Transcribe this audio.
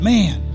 Man